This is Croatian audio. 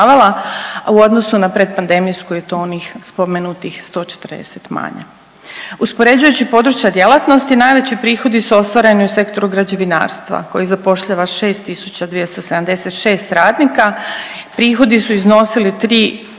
u odnosu na predpandemijsku i to onih spomenutih 140 manje. Uspoređujući područja djelatnosti, najveći prihodi su ostvareni u sektoru građevinarstva koji zapošljava 6276 radnika, prihodi su iznosili 3 i